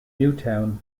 newtown